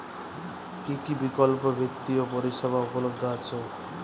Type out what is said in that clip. কী কী বিকল্প বিত্তীয় পরিষেবা উপলব্ধ আছে?